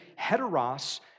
heteros